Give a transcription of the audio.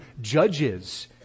judges